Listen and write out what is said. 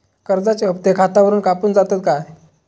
कर्जाचे हप्ते खातावरून कापून जातत काय?